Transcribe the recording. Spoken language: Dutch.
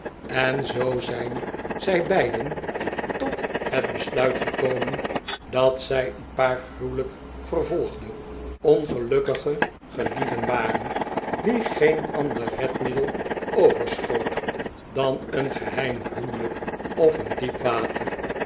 en zoo zijn zij beiden tot het besluit gekomen dat zij een paar gruwelijk vervolgde origelukkige gelieven waren wien geen ander redmiddel overschoot dan een geheim huwelijk of een diep water